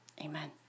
amen